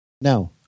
No